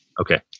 Okay